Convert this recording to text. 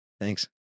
Thanks